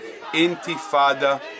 Intifada